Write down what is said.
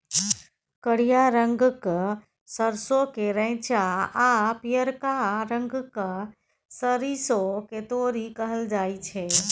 करिया रंगक सरसों केँ रैंचा आ पीयरका रंगक सरिसों केँ तोरी कहल जाइ छै